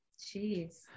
Jeez